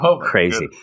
crazy